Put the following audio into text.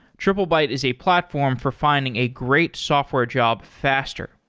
triplebyte is a platform for finding a great software job faster.